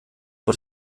por